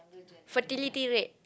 fertility rate